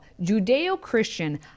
Judeo-Christian